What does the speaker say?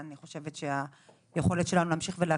מודעות לפער שקיים וליכולת המוגבלת שלהן.